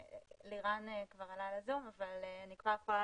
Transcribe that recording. לירן שפיגל עלה ל-זום בל אני יכולה